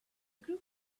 group